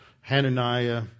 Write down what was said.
Hananiah